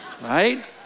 right